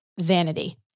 vanity